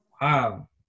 Wow